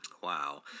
Wow